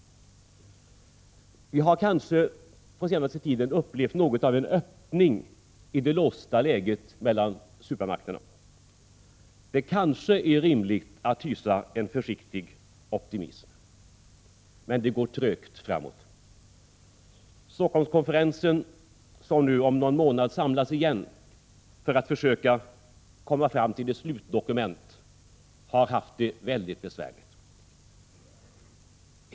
Vi har under den senaste tiden upplevt något av en öppning det låsta läget mellan supermakterna. Det kanske är rimligt att hysa en försiktig optimism, men det går trögt framåt. Helsingforsskonferensen, som nu om någon månad samlas igen för att försöka komma fram till ett slutdokument, har haft det väldigt besvärligt.